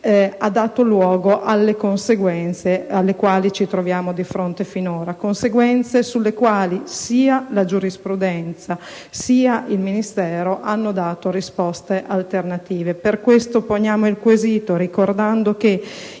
ha dato luogo alle conseguenze cui ci siamo trovati di fronte finora, conseguenze sulle quali sia la giurisprudenza, sia il Ministero hanno dato risposte alternative. Per questo motivo poniamo il quesito, ricordando che